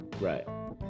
Right